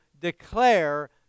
declare